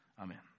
Amen